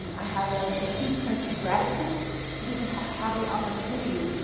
i have a huge sense of gratitude to even have the opportunity.